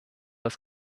das